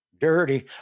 Dirty